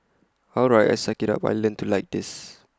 all right I'll suck IT up I'll learn to like this